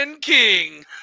King